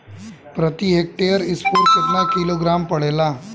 प्रति हेक्टेयर स्फूर केतना किलोग्राम पड़ेला?